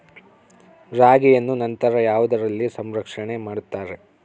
ರಾಗಿಯನ್ನು ನಂತರ ಯಾವುದರಲ್ಲಿ ಸಂರಕ್ಷಣೆ ಮಾಡುತ್ತಾರೆ?